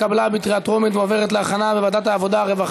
לא פלא שהממשלה הזאת תאריך ימים ותוציא את כל תוחלת חייה.